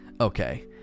okay